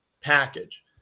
package